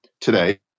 today